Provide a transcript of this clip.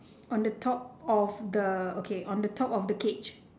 on the top of the okay on the top of the cage